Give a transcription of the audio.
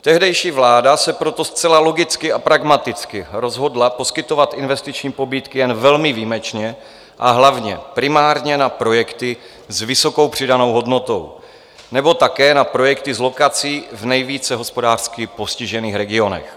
Tehdejší vláda se proto zcela logicky a pragmaticky rozhodla poskytovat investiční pobídky jen velmi výjimečně, a hlavně primárně na projekty s vysokou přidanou hodnotou nebo také na projekty s lokací v nejvíce hospodářsky postižených regionech.